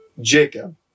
Jacob